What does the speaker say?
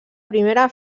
primera